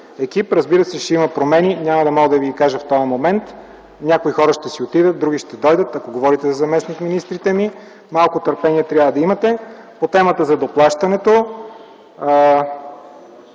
Екип. Разбира се, ще има промени. Няма да мога да ви ги кажа в този момент. Някои хора ще си отидат, други ще дойдат, ако говорите за заместник-министрите ми. Трябва да имате малко търпение. По темата за доплащането.